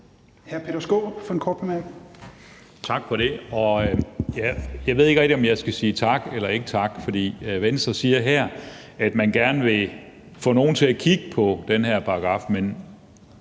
Peter Skaarup (DF): Tak for det. Jeg ved ikke rigtig, om jeg skal sige tak eller ikke tak for talen, for Venstre siger, at man gerne vil få nogle til at kigge på den her paragraf, og